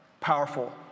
powerful